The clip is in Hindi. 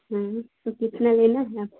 तो कितना लेना है आपको